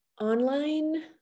online